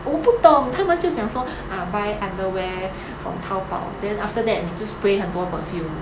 我不懂他们就讲说 uh buy underwear from 淘宝 then after that 你就 spray 很多 perfume